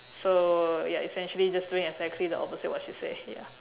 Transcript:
so ya essentially just doing exactly the opposite what she say ya